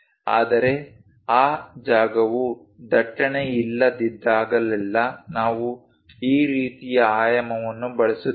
ಆದರೆ ಆ ಜಾಗವು ದಟ್ಟಣೆಯಿಲ್ಲದಿದ್ದಾಗಲೆಲ್ಲಾ ನಾವು ಈ ರೀತಿಯ ಆಯಾಮವನ್ನು ಬಳಸುತ್ತೇವೆ